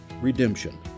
redemption